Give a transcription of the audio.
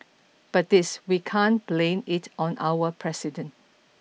but this we can't blame it on our president